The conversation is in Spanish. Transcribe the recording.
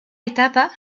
etapa